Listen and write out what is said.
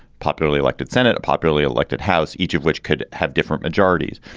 popularly elected senate, a popularly elected house, each of which could have different majorities.